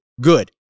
good